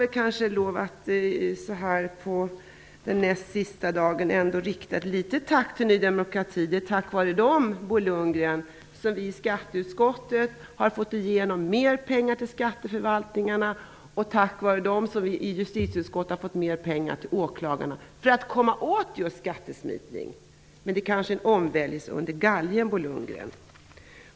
Den näst sista dagen på detta riksmöte får man kanske lov att rikta ett litet tack till Ny demokrati. Det är nämligen tack vare dem i Ny demokrati, Bo Lundgren, som vi i skatteutskottet har kunna få mer pengar till skatteförvaltningarna. Och tack vare dem har vi i justitieutskottet kunnat få mer pengar till åklagare, detta för att just komma åt skattesmitning. Men det kanske är en omvändelse under galjen, Bo Lundgren.